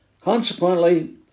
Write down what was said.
Consequently